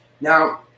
Now